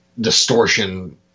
distortion